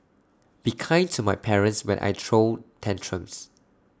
be kind to my parents when I throw tantrums